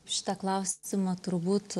šitą klausimą turbūt